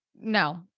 No